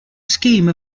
scheme